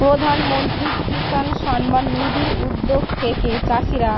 প্রধানমন্ত্রী কিষান সম্মান নিধি উদ্যোগ থেকে চাষিরা